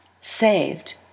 saved